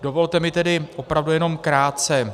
Dovolte mi opravdu jenom krátce.